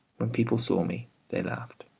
when people saw me they laughed.